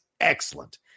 excellent